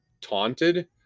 taunted